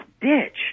ditch